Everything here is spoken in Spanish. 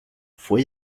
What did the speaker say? fue